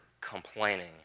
complaining